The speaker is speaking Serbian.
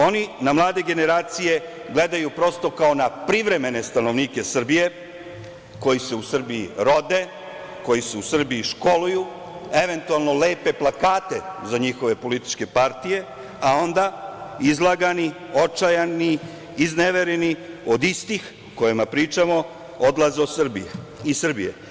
Oni na mlade generacije gledaju, prosto, kao na privremene stanovnike Srbije, koji se u Srbiji rode, koji se u Srbiji školuju, eventualno, lepe plakate za njihove političke partije, a onda izlagani, očajni, iznevereni od istih, o kojima pričamo, odlaze iz Srbije.